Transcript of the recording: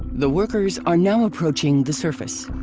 the workers are now approaching the surface.